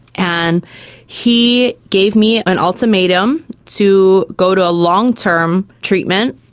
and he gave me an ultimatum to go to a long-term treatment,